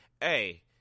Hey